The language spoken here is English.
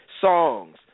Songs